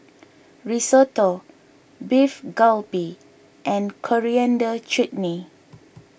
Risotto Beef Galbi and Coriander Chutney